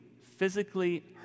physically